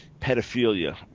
pedophilia